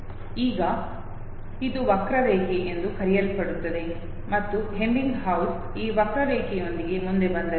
ಈಗ ಇದು ವಕ್ರರೇಖೆ ಎಂದು ಕರೆಯಲ್ಪಡುತ್ತದೆ ಮತ್ತು ಎಬ್ಬಿಂಗ್ಹೌಸ್ ಈ ವಕ್ರರೇಖೆಯೊಂದಿಗೆ ಮುಂದೆ ಬಂದರು